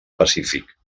pacífic